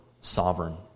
sovereign